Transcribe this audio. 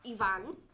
Ivan